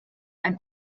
ein